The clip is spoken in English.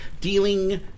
dealing